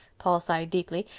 paul sighed deeply.